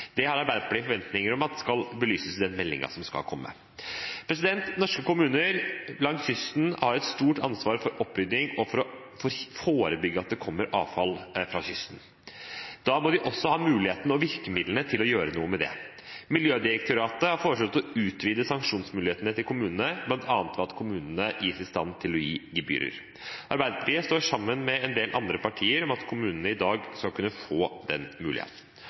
det mer systematisk. Det har Arbeiderpartiet forventninger om at skal belyses i den meldingen som skal komme. Norske kommuner langs kysten har et stort ansvar for opprydding og for å forebygge at det kommer avfall fra kysten. Da må de også ha muligheten og virkemidlene til å gjøre noe med det. Miljødirektoratet har foreslått å utvide sanksjonsmulighetene til kommunene, bl.a. skal kommunene kunne gi gebyrer. Arbeiderpartiet står sammen med en del andre partier om at kommunene i dag skal kunne få den